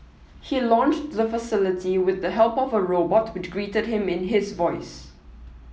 he launched the facility with the help of a robot which greeted him in his voice